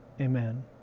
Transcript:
amen